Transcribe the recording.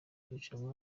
irushanwa